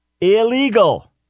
Illegal